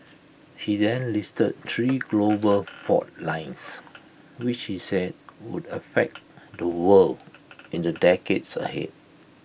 he then listed three global fault lines which he said would affect the world in the decades ahead